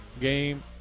game